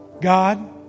God